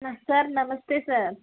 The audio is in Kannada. ಹಾಂ ಸರ್ ನಮಸ್ತೆ ಸರ್